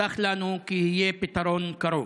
הובטח לנו כי יהיה פתרון קרוב.